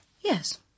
Yes